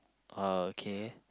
oh okay